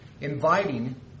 inviting